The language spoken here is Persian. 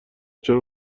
چرا